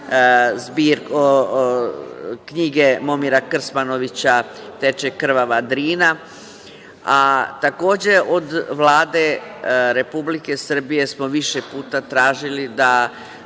knjige Momira Krsmanovića „Teče krvava Drina“. Takođe, od Vlade Republike Srbije smo više puta tražili da